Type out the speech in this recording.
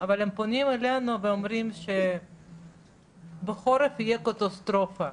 אבל הם פונים אלינו ואומרים שבחורף יהיה קטסטרופה,